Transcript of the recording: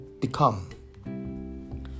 become